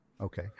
Okay